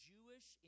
Jewish